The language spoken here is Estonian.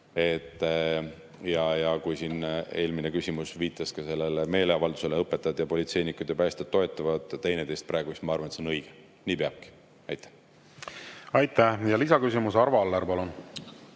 et kui siin eelmine küsimus viitas sellele meeleavaldusele, et õpetajad, politseinikud ja päästjad toetavad teineteist praegu, siis ma arvan, et see on õige. Nii peabki. Aitäh! Ja lisaküsimus, Arvo Aller, palun!